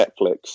Netflix